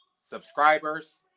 subscribers